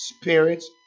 spirits